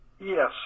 Yes